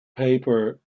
paper